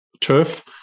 turf